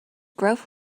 growth